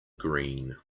green